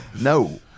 No